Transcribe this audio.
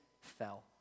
fell